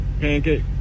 pancake